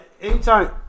anytime